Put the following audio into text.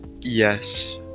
Yes